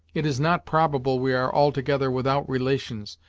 it is not probable we are altogether without relations,